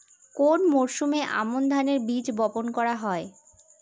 কোন মরশুমে আমন ধানের বীজ বপন করা হয়?